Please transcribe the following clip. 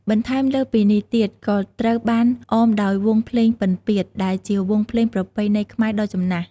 បន្ថែមលើសពីនេះទៀត ក៏ត្រូវបានអមដោយ វង់ភ្លេងពិណពាទ្យ ដែលជាវង់ភ្លេងប្រពៃណីខ្មែរដ៏ចំណាស់។